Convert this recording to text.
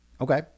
Okay